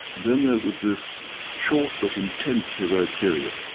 then there was this short but intense heroic period.